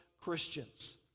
Christians